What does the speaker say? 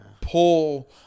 pull